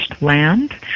land